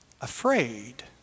afraid